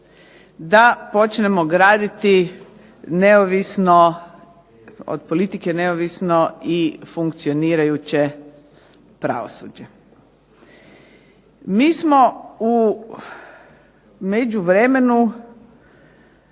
da počnemo graditi od politike neovisno i funkcionirajuće pravosuđe. Mi smo u međuvremenu